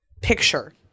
picture